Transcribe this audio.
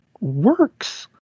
works